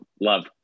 love